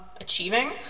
achieving